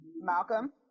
Malcolm